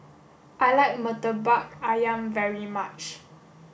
I like Murtabak Ayam very much